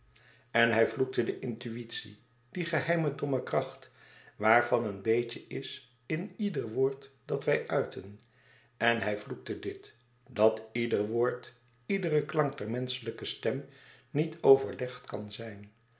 en hij vloekte de intuïtie die geheime domme kracht waarvan een beetje is in ieder woord dat wij uiten en hij vloekte dit dat ieder woord iedere klank der menschelijke stem niet overlegd kan zijn